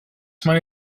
mae